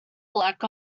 lack